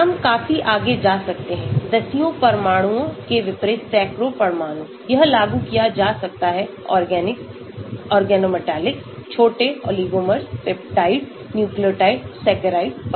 हम काफी आगे जा सकते हैं दसियों परमाणुओं के विपरीत सैकड़ों परमाणु यह लागू किया जा सकता है ऑर्गेनिक्स ऑर्गनोमेट्रिक छोटे ओलिगोमर्स पेप्टाइड्स न्यूक्लियोटाइड सैकराइड्स पर